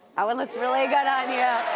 ah and looks really good on you.